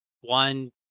one